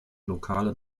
lokale